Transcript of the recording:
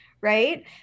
right